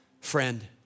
Friend